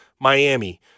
Miami